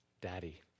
Daddy